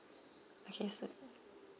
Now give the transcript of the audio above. okay so